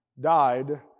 died